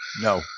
No